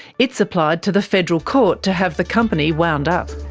it's applied to the federal court to have the company wound up.